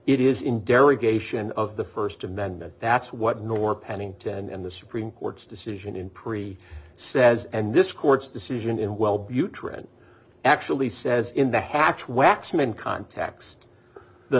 it is in derogation of the st amendment that's what nor pennington and the supreme court's decision in pre says and this court's decision in well butte trend actually says in the hatch waxman context the